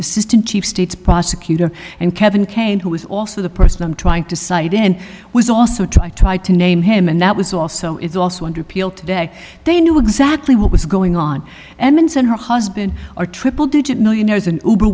assistant chief state's prosecutor and kevin kane who is also the person i'm trying to cite and was also to i tried to name him and that was also it's also under appeal today they knew exactly what was going on and then sent her husband or triple digit millionaires